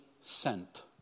sent